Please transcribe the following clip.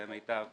למיטב